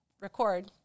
record